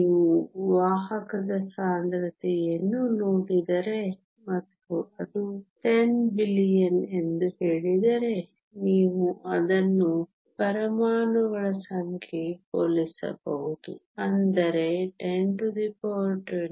ನೀವು ವಾಹಕದ ಸಾಂದ್ರತೆಯನ್ನು ನೋಡಿದರೆ ಮತ್ತು ಅದು 10 ಬಿಲಿಯನ್ ಎಂದು ಹೇಳಿದರೆ ನೀವು ಅದನ್ನು ಪರಮಾಣುಗಳ ಸಂಖ್ಯೆಗೆ ಹೋಲಿಸಬಹುದು ಅಂದರೆ 1022